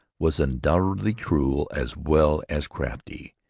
was undoubtedly cruel as well as crafty.